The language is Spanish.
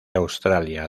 australia